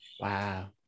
Wow